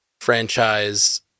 franchise